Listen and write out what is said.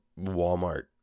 Walmart